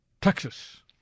Texas